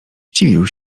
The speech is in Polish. zdziwił